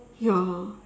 ya